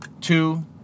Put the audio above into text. Two